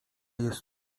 jest